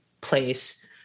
place